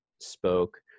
spoke